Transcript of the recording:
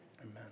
Amen